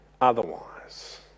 otherwise